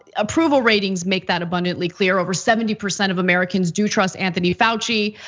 ah approval ratings make that abundantly clear. over seventy percent of americans do trust anthony fauci.